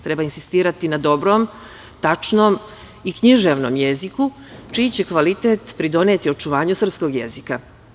Treba insistirati na dobrom, tačnom i književnom jeziku, čiji će kvalitet pridoneti očuvanju srpskog jezika.